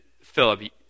Philip